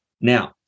Now